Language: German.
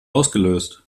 ausgelöst